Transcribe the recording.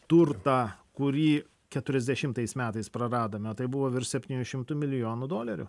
turtą kurį keturiasdešimtais metais praradome tai buvo virš septynių šimtų milijonų dolerių